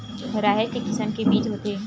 राहेर के किसम के बीज होथे?